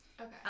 Okay